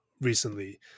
recently